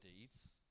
deeds